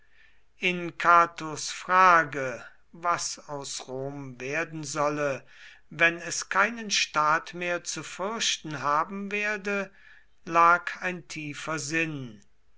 in catos frage was aus rom werden solle wenn es keinen staat mehr zu fürchten haben werde lag ein tiefer sinn